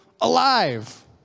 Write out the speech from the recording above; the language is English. alive